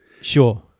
sure